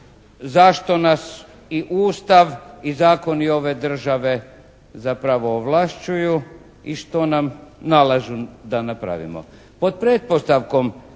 za što nas i Ustav i zakoni ove države zapravo ovlašćuju i što nam nalažu da napravimo.